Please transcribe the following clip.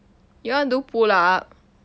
you want to do pull up